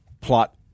plot